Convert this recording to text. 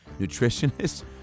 nutritionist